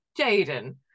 Jaden